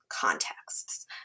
contexts